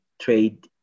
trade